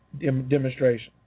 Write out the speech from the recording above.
demonstration